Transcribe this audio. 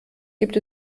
gibt